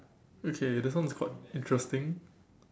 okay this one is quite interesting